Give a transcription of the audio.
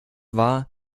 war